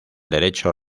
derecho